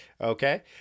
Okay